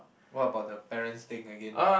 what about the parents thing again